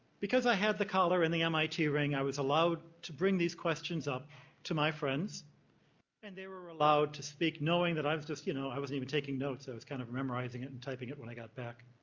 because i have the collar and the mit ring, i was allowed to bring these questions up to my friends and they were allowed to speak knowing that i was just, you know i wasn't even taking notes, i was kind of memorizing it and typing it when i got back.